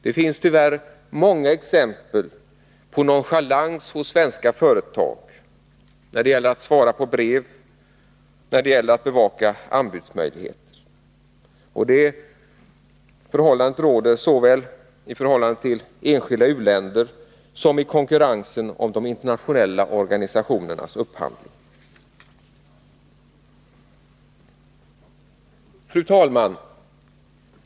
Det finns tyvärr många exempel på nonchalans hos svenska företag när det gäller att svara på brev och att bevaka anbudsmöjligheter. Det gäller såväl i förhållandet till enskilda u-länder som i konkurrensen om de internationella organisationernas upphandling. Fru talman!